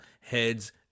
heads